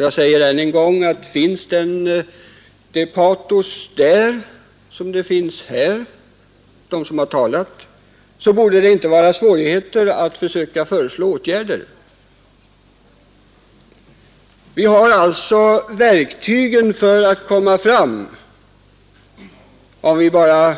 Jag säger än en gång att finns där det patos som finns hos dem som talat här i dag borde det inte vara några svårigheter att få arbetet att löpa. Vi har alltså verktygen för att komma fram om vi bara